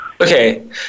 Okay